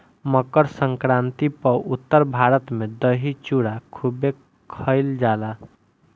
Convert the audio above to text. मकरसंक्रांति पअ उत्तर भारत में दही चूड़ा खूबे खईल जाला